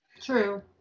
True